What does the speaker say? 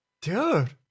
Dude